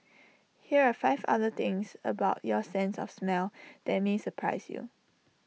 here are five other things about your sense of smell that may surprise you